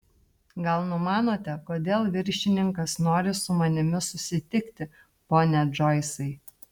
gal numanote kodėl viršininkas nori su manimi susitikti pone džoisai